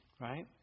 Right